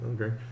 Okay